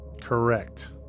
Correct